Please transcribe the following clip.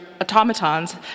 automatons